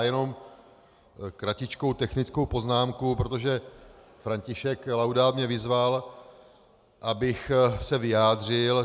Jenom kratičkou technickou poznámku, protože František Laudát mě vyzval, abych se vyjádřil.